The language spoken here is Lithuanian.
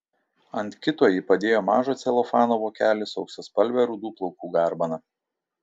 ant kito ji padėjo mažą celofano vokelį su auksaspalve rudų plaukų garbana